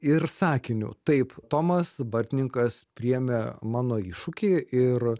ir sakiniu taip tomas bartninkas priėmė mano iššūkį ir